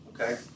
okay